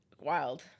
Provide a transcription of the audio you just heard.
Wild